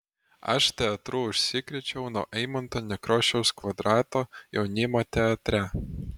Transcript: aš teatru užsikrėčiau nuo eimunto nekrošiaus kvadrato jaunimo teatre